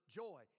joy